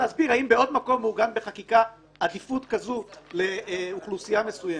האם בעוד מקום מעוגנת בחקיקה עדיפות כזו לאוכלוסייה מסוימת.